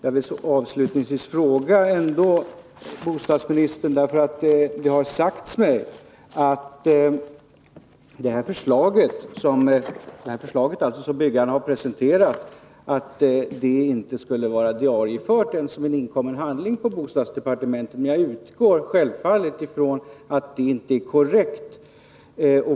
Avslutningsvis: Det har sagts mig att det förslag som byggarna har presenterat inte skulle vara diariefört som inkommen handling på bostadsdepartementet, men jag utgår självfallet från att den uppgiften inte är korrekt.